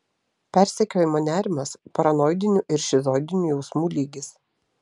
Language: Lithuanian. persekiojimo nerimas paranoidinių ir šizoidinių jausmų lygis